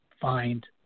find